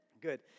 good